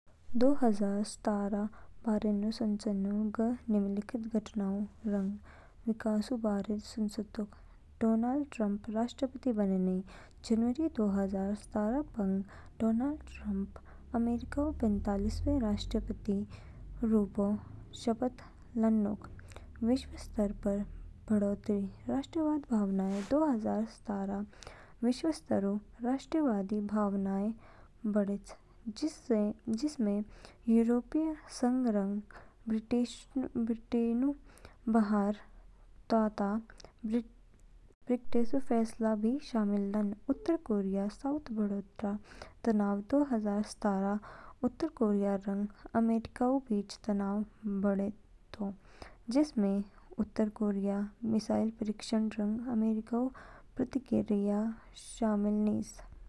साल दो हजार सत्रहऊ बारेऊ सुचेनो समय, ग निम्नलिखित घटनाओंऊ रंग विकासोंऊ बारे सुचेतोक। डोनाल्ड ट्रम्पऊ राष्ट्रपति बनेनो। जनवरी दो हजार सत्रह पंग, डोनाल्ड ट्रम्प अमेरिकाऊ पैतालीसवें राष्ट्रपतिऊ रूपो शप लानमोग। विश्व स्तर पर बढ़ती राष्ट्रवादी भावनाएं दो हजार सत्रहऊ विश्व स्तरऊ राष्ट्रवादी भावनाएं बढ़ेच, जिसमें यूरोपीय संघ रंग ब्रिटेनऊ बाहर तोतो ब्रेक्सिटऊ फैसला भी शामिल निज। उत्तर कोरियाऊ साथ बढ़ता तनाव दो हजार सत्रहऊ उत्तर कोरिया रंग अमेरिकाऊ बीच तनाव बढेतो, जिसमें उत्तर कोरियाऊ मिसाइल परीक्षण रंग अमेरिकाऊ प्रतिक्रिया शामिल निज।